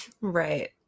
Right